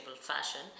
fashion